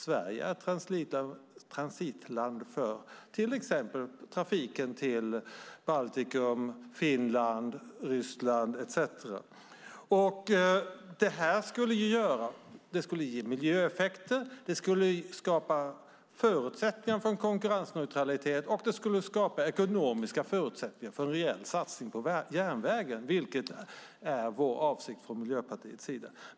Sverige är transitland för till exempel trafiken till Baltikum, Finland, Ryssland etcetera. Det skulle ge miljöeffekter och skapa förutsättningar för en konkurrensneutralitet. Det skulle skapa ekonomiska förutsättningar för en rejäl satsning på järnväg, vilket är Miljöpartiets avsikt.